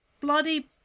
bloody